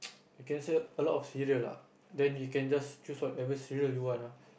you can say a lot of cereal lah then you can just choose whatever cereal you want lah